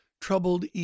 troubled